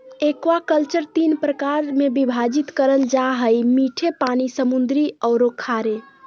aquaculture तीन प्रकार में विभाजित करल जा हइ मीठे पानी, समुद्री औरो खारे